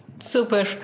Super